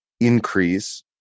increase